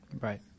Right